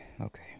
Okay